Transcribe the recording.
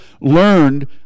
learned